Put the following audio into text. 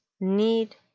need